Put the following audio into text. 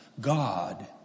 God